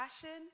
passion